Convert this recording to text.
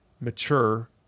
mature